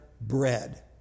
bread